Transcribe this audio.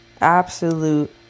Absolute